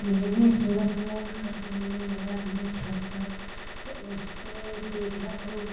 मैंने सुबह सुबह उठ करके मैंने गया अपने छत पर तो उस पर देखा तो